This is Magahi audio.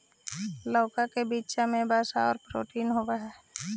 लउका के बीचा में वसा आउ प्रोटीन होब हई